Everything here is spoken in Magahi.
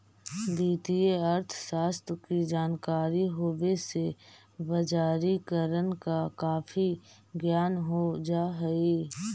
वित्तीय अर्थशास्त्र की जानकारी होवे से बजारिकरण का काफी ज्ञान हो जा हई